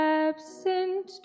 absent